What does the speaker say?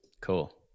Cool